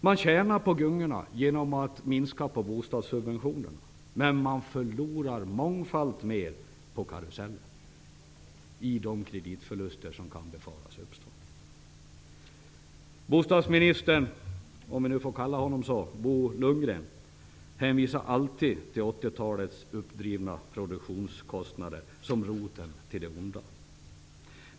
Man tjänar på gungorna genom att minska på bostadssubventionerna, men man förlorar mångfalt mer på karusellen i de kreditförluster som kan befaras uppstå. Bostadsminister Bo Lundgren -- om vi får kalla honom så -- hänvisar alltid till 80-talets uppdrivna produktionskostnader som roten till det onda.